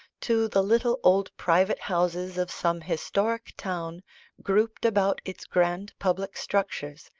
to the little old private houses of some historic town grouped about its grand public structures,